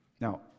Now